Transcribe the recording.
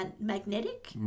magnetic